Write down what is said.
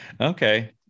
Okay